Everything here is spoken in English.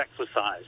exercise